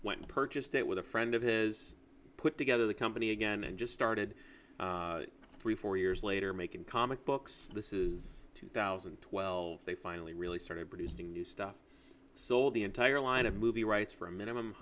went purchased it with a friend of his put together the company again and just started three four years later making comic books this is two thousand and twelve they finally really started producing new stuff so the entire line of movie rights for a minimum